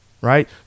Right